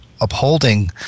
upholding